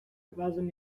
разом